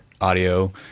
audio